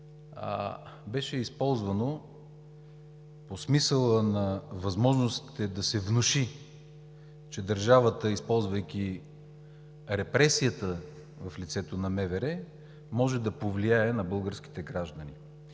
беше използвано по смисъла на възможностите да се внуши, че държавата, използвайки репресията в лицето на МВР, може да повлияе на българските граждани.